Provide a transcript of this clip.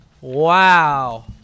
Wow